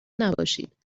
نباشید